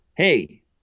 Hey